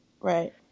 right